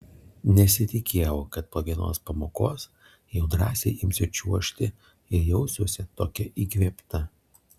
nesitikėjau kad po vienos pamokos jau drąsiai imsiu čiuožti ir jausiuosi tokia įkvėpta